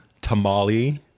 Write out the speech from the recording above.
tamale